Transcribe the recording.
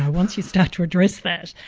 once you start to address that,